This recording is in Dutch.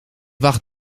wacht